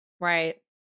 Right